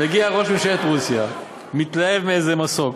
מגיע ראש ממשלת רוסיה, מתלהב מאיזה מסוק,